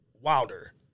wilder